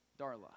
Darla